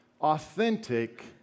Authentic